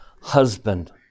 husband